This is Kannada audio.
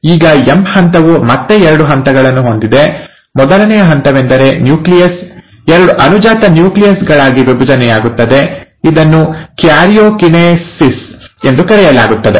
ಈಗ ಎಂ ಹಂತವು ಮತ್ತೆ ಎರಡು ಹಂತಗಳನ್ನು ಹೊಂದಿದೆ ಮೊದಲ ಹಂತವೆಂದರೆ ನ್ಯೂಕ್ಲಿಯಸ್ ಎರಡು ಅನುಜಾತ ನ್ಯೂಕ್ಲಿಯಸ್ ಗಳಾಗಿ ವಿಭಜನೆಯಾಗುತ್ತದೆ ಇದನ್ನು ಕ್ಯಾರಿಯೋಕಿನೆಸಿಸ್ ಎಂದು ಕರೆಯಲಾಗುತ್ತದೆ